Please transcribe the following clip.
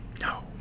No